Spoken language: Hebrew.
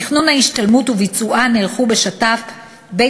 תכנון ההשתלמות וביצועה נערכו בשיתוף פעולה